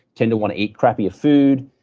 tend to want to eat crappier food.